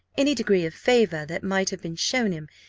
any degree of favour that might have been shown him,